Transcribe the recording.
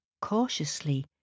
cautiously